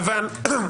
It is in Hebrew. איך